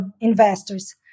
investors